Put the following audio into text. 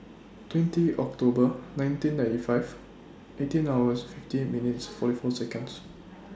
twenty October nineteen ninety five eighteen hours fifty minutes forty four Seconds